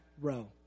row